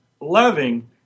loving